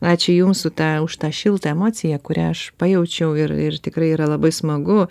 ačiū jums su ta už tą šiltą emocija kurią aš pajaučiau ir ir tikrai yra labai smagu